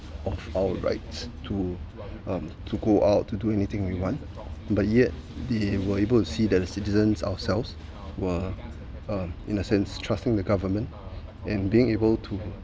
of our rights to um to go out to do anything we want but yet they were able to see that the citizens ourselves were uh in a sense trusting the government and being able to